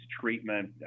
treatment